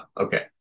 Okay